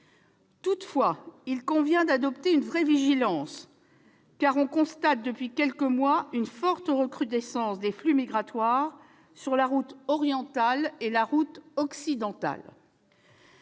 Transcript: Toutefois, il convient de demeurer vigilant, car on constate depuis quelques mois une forte recrudescence des flux migratoires sur la route orientale et sur la route occidentale.